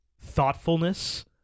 thoughtfulness